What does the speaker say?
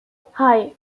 hei